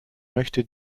möchte